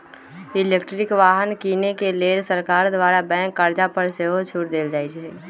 electric वाहन किने के लेल सरकार द्वारा बैंक कर्जा पर सेहो छूट देल जाइ छइ